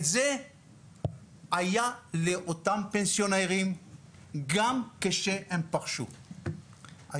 את זה היה לאותם פנסיונרים גם כשהם פרשו לגמלאות.